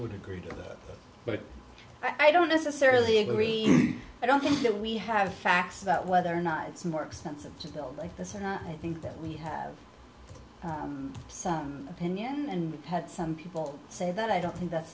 would agree to that but i don't necessarily agree i don't think that we have facts about whether or not it's more expensive just like this or not i think that we have some opinion and had some people say that i don't think that's